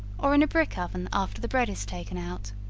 or in a brick-oven after the bread is taken out.